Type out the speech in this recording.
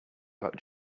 got